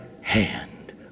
hand